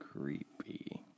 Creepy